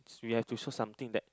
so we have to show something that